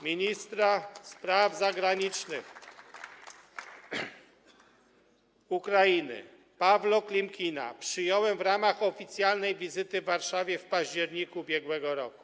Ministra spraw zagranicznych Ukrainy Pawło Klimkina przyjąłem w ramach oficjalnej wizyty w Warszawie w październiku ub.r.